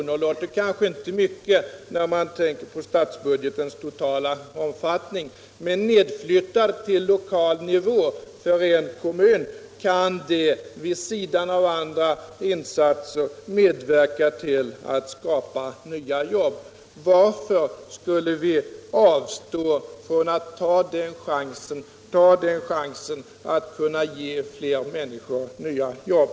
Det låter kanske inte mycket när man tänker på statsbudgetens totala omfattning, men nedflyttad till lokal nivå, för en kommun, kan en sådan sänkning vid sidan av andra insatser medverka till att skapa nya jobb. Varför skulle vi avstå från att ta den chansen att ge fler människor nya jobb?